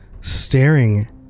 staring